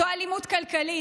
זו אלימות כלכלית,